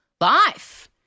life